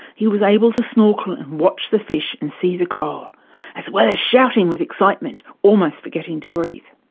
he was able to snorkel and watch the fish and see the coral as well as shouting with excitement almost forgetting to breath.